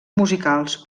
musicals